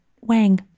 wang